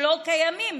שלא קיימים,